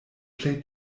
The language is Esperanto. plej